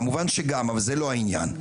כמובן שגם, אבל זה לא העניין.